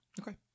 Okay